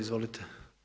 Izvolite.